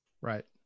right